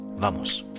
Vamos